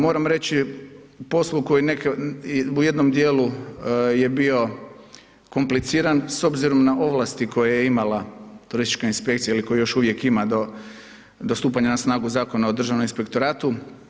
Moram reći u poslu koji neke u jednom dijelu je bio kompliciran s obzirom na ovlasti koje je imala turistička inspekcija ili koje još uvijek ima do stupanja na snagu Zakona o Državnom inspektoratu.